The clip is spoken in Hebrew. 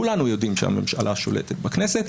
כולנו יודעים שהממשלה שולטת בכנסת,